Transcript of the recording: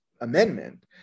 amendment